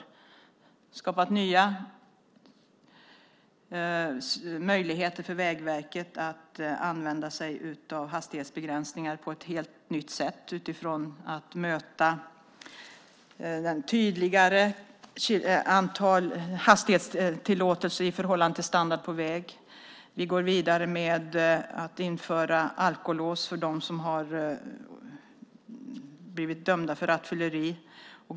Vi har skapat nya möjligheter för Vägverket att använda hastighetsbegränsningar på ett helt nytt sätt, genom att tillåta hastighet i förhållande till standard på vägen. Vi går vidare med att införa alkolås för dem som har blivit dömda för rattfylleri.